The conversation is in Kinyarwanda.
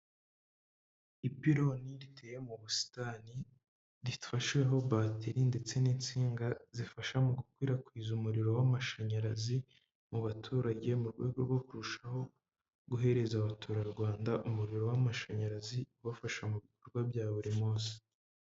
Ipiloni riteye mu busitani rifasheho bateri ndetse n'insinga zifasha mu gukwirakwiza umuriro w'amashanyarazi mu baturage mu rwego rwo kurushaho guhereza abaturarwanda umuriro w'amashanyarazi ubafasha mu bikorwa bya buri munsi.